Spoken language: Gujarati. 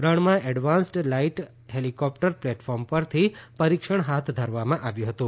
રણમાં એડવાન્સ્ડ લાઇટ હેલિકોપ્ટર પ્લેટફોર્મથી પરિક્ષણ હાથ ધરવામાં આવ્યું હતું